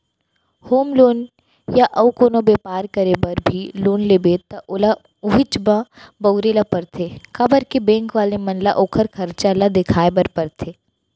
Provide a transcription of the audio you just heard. home loan या अउ कोनो बेपार करे बर भी लोन लेबे त ओला उहींच म बउरे ल परथे काबर के बेंक वाले मन ल ओखर खरचा ल देखाय बर परथे